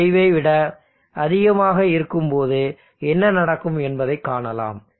5 ஐ விட அதிகமாக இருக்கும்போது என்ன நடக்கும் என்பதைக் காணலாம்